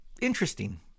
interesting